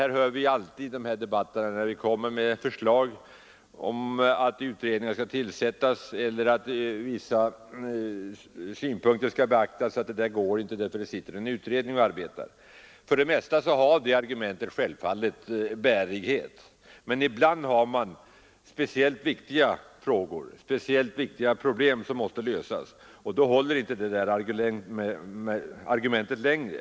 Vi får alltid höra när vi kommer med förslag om att utredningar skall tillsättas eller önskemål om att vissa synpunkter skall beaktas, att det går inte därför att det sitter en utredning och arbetar med just de sakerna. För det mesta har det argumentet självfallet bärighet, men ibland ställs vi inför speciellt viktiga problem som måste lösas, och då håller inte det argumentet längre.